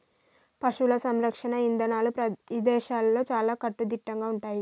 పశువుల సంరక్షణ ఇదానాలు ఇదేశాల్లో చాలా కట్టుదిట్టంగా ఉంటయ్యి